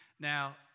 Now